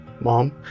mom